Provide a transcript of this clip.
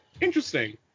interesting